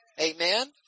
Amen